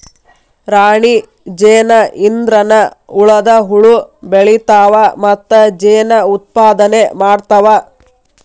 ರಾಣಿ ಜೇನ ಇದ್ರನ ಉಳದ ಹುಳು ಬೆಳಿತಾವ ಮತ್ತ ಜೇನ ಉತ್ಪಾದನೆ ಮಾಡ್ತಾವ